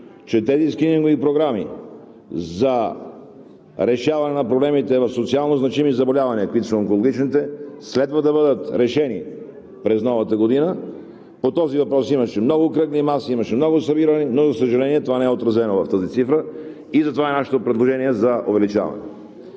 че тези скринингови програми за решаване на проблемите в социалнозначими заболявания, каквито са онкологичните, следва да бъдат решени през новата година. По този въпрос имаше много кръгли маси, имаше много събирания, но, за съжаление, това не е отразено в тази цифра и затова е нашето предложение за увеличаване.